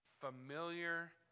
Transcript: familiar